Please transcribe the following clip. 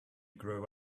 grow